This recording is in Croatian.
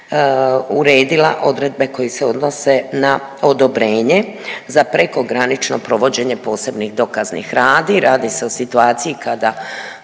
se odnose koje se odnose na odobrenje za prekogranično provođenje posebnih dokaznih radnji. Radi se o situaciji kada